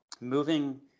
moving